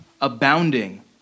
abounding